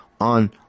on